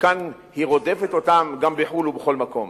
ומכאן היא רודפת אותם גם בחוץ-לארץ ובכל מקום.